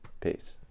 Peace